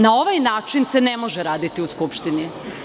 Na ovaj način se ne može raditi u Skupštini.